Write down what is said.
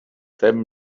them